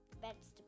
vegetables